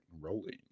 rolling